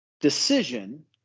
decision